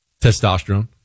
testosterone